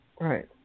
right